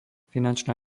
finančná